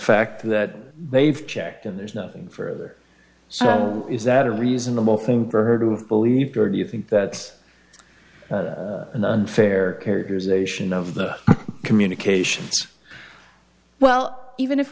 fact that they've checked in there's nothing further so is that a reasonable thing for her to believe or do you think that's an unfair characterization of the communications well even if